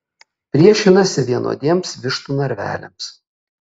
priešinasi vienodiems vištų narveliams